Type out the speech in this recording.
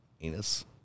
anus